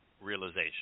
realization